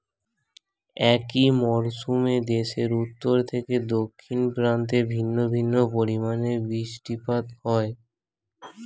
একই মরশুমে দেশের উত্তর থেকে দক্ষিণ প্রান্তে ভিন্ন ভিন্ন পরিমাণে বৃষ্টিপাত হয়